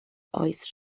oes